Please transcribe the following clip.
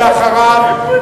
ואחריו,